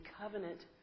covenant